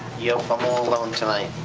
yep, i'm all alone tonight.